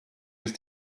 ist